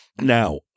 Now